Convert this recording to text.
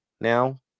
now